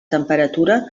temperatura